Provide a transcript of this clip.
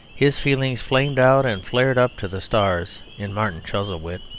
his feelings flamed out and flared up to the stars in martin chuzzlewit.